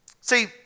See